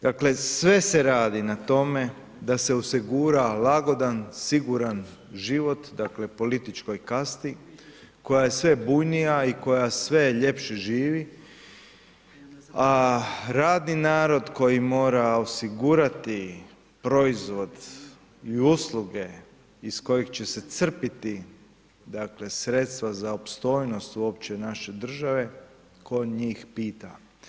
Dakle, sve se radi na tome da se osigura lagodan, siguran život, dakle političkoj kasti koja je sve bujnija i koja sve ljepše živi, a radni narod koji mora osigurati proizvod i usluge iz kojih će se crpiti dakle sredstva za opstojnost uopće naše države, ko njih pita.